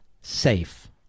safe